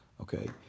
Okay